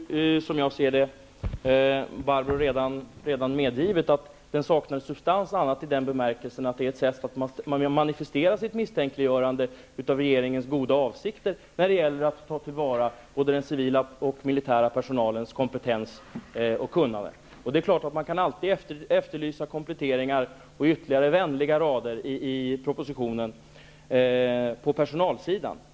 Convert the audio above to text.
Herr talman! Som jag ser det har Barbro Evermo Palmelund redan medgivit att reservation 28 saknar substans annat än i den bemärkelsen att den är ett sätt att manifestera sitt misstänkliggörande av regeringens goda avsikter när det gäller att ta till vara både den civila och militära personalens kompetens och kunnande. Det är klart att man alltid kan efterlysa kompletteringar och ytterligare vänliga rader i propositionen i fråga om personalsidan.